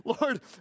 Lord